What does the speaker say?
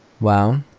Wow